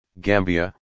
Gambia